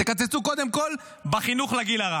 תקצצו, קודם כול, בחינוך לגיל הרך,